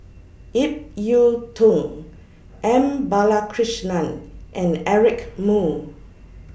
Ip Yiu Tung M Balakrishnan and Eric Moo